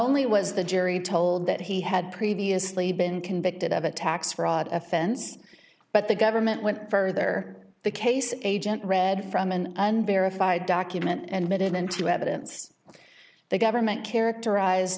only was the jury told that he had previously been convicted of a tax fraud offense but the government went further the case agent read from an unverified document and made it into evidence the government characterize